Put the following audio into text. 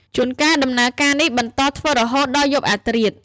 ជួនកាលដំណើរការនេះបន្តធ្វើរហូតដល់យប់អធ្រាត្រ។